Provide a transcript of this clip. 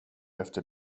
efter